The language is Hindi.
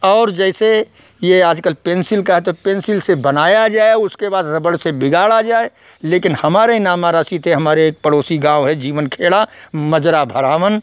और जैसे यह आजकल पेन्सिल का है तो पेन्सिल से बनाया जाए उसके बाद रबड़ से बिगाड़ा जाए लेकिन हमारे नाम की राशि थे हमारे पड़ोसी गाँव है जीवनखेड़ा मजरा भरावन